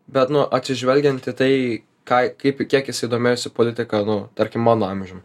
bet nu atsižvelgiant į tai ką kaip kiek jisai domėjosi politika nu tarkim mano amžium